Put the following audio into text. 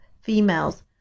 females